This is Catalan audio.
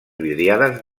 vidriades